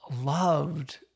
loved